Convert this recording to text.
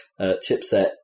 chipset